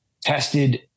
tested